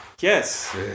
Yes